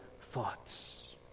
thoughts